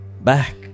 back